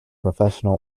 professional